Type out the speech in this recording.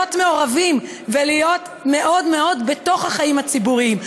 להיות מעורבים ולהיות מאוד מאוד בתוך החיים הציבוריים.